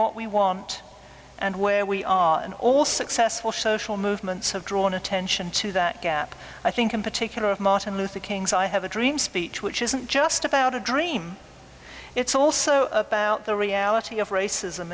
what we want and where we are and all successful social movements have drawn attention to that gap i think in particular of martin luther king's i have a dream speech which isn't just about a dream it's also about the reality of racism